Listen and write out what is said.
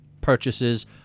purchases